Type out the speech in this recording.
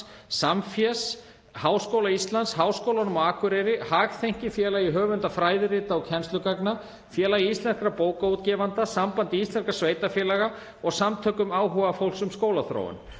Samfési, Háskóla Íslands, Háskólanum á Akureyri, Hagþenki – félagi höfunda fræðirita og kennslugagna, Félagi íslenskra bókaútgefenda, Sambandi íslenskra sveitarfélaga og Samtökum áhugafólks um skólaþróun,